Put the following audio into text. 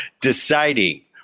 deciding